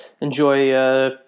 enjoy –